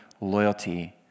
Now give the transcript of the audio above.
loyalty